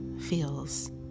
feels